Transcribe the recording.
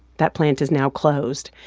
that plant is now closed.